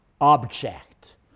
object